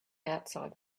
outside